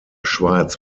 schweiz